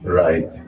right